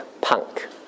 punk